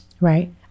Right